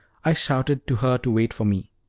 i shouted to her to wait for me